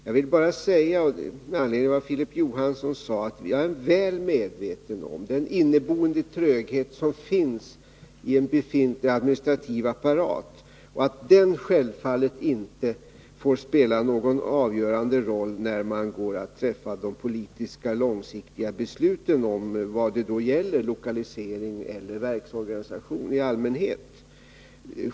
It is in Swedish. Jag vill säga, med anledning av vad Filip Johansson framhöll, att jag är väl medveten om den inneboende tröghet som finns i en befintlig administrativ apparat och att den självfallet inte får spela någon avgörande roll när man går att träffa de politiska långsiktiga besluten om vad det gäller — lokalisering eller verksorganisation i allmänhet.